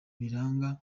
biranga